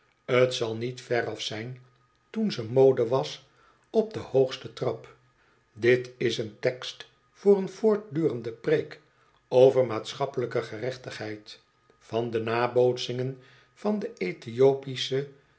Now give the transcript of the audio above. niet veraf zijn toon ze mode was op den hoogsten trap dit is een tekst voor een voortdurende preek over maatschappelijke gerechtigheid yan de nabootsingen van de